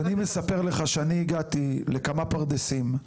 אז אני מספר לך שאני הגעתי לכמה פרדסים,